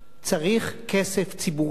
צריך כסף ציבורי.